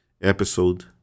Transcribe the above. episode